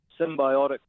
symbiotic